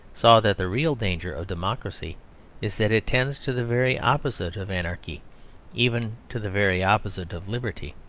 saw that the real danger of democracy is that it tends to the very opposite of anarchy even to the very opposite of liberty.